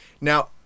Now